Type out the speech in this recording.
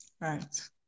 right